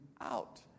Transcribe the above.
out